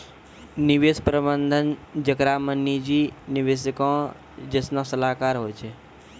निवेश प्रबंधन जेकरा मे निजी निवेशको जैसनो सलाहकार होय छै